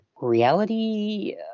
reality